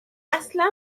اصلا